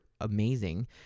amazing